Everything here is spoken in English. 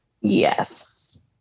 Yes